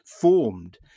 formed